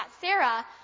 Sarah